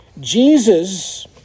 Jesus